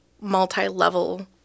multi-level